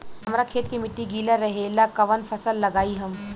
हमरा खेत के मिट्टी गीला रहेला कवन फसल लगाई हम?